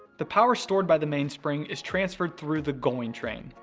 the power stored by the mainspring is transferred through the going train,